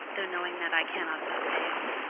though knowing that i cannot but fail.